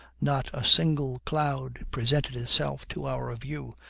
not a single cloud presented itself to our view,